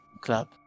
Club